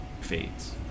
fades